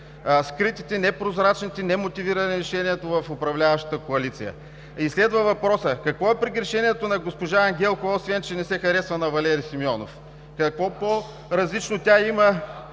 скритите, непрозрачните, немотивираните решения в управляващата коалиция. И следва въпросът: какво е прегрешението на госпожа Ангелкова, освен че не се харесва на Валери Симеонов? Какво по-различно тя има,